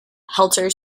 helter